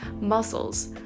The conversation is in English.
muscles